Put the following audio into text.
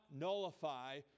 nullify